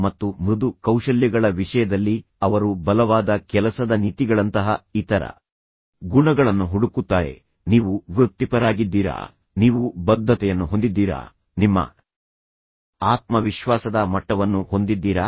ಮತ್ತು ಮೃದು ಕೌಶಲ್ಯಗಳ ವಿಷಯದಲ್ಲಿ ಅವರು ಬಲವಾದ ಕೆಲಸದ ನೀತಿಗಳಂತಹ ಇತರ ಗುಣಗಳನ್ನು ಹುಡುಕುತ್ತಾರೆ ನೀವು ವೃತ್ತಿಪರರಾಗಿದ್ದೀರಾ ನೀವು ಬದ್ಧತೆಯನ್ನು ಹೊಂದಿದ್ದೀರಾ ನಿಮ್ಮ ಆತ್ಮವಿಶ್ವಾಸದ ಮಟ್ಟವನ್ನು ಹೊಂದಿದ್ದೀರಾ